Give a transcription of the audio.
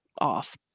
off